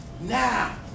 now